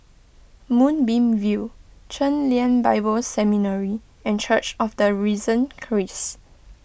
Moonbeam View Chen Lien Bible Seminary and Church of the Risen Christ